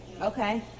Okay